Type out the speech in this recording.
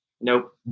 nope